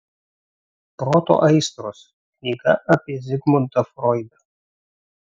proto aistros knyga apie zigmundą froidą